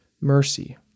mercy